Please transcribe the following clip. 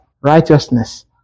righteousness